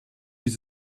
use